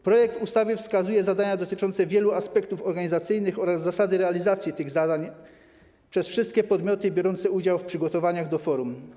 Projekt ustawy wskazuje zadania dotyczące wielu aspektów organizacyjnych oraz zasady realizacji tych zadań przez wszystkie podmioty biorące udział w przygotowaniach do forum.